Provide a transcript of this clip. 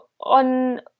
on